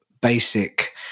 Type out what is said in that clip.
basic